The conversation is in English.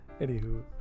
Anywho